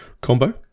combo